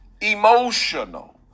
emotional